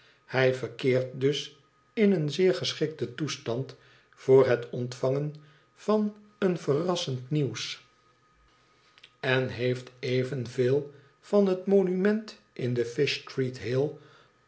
hij verkeert dus in een zeer geschikten toestand voor het ontvangen van een verrassend nieuws en heeft evenveel van het monument in de fish street hill